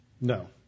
No